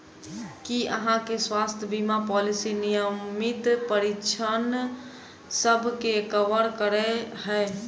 की अहाँ केँ स्वास्थ्य बीमा पॉलिसी नियमित परीक्षणसभ केँ कवर करे है?